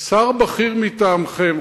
שר בכיר מטעמכם,